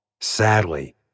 Sadly